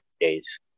days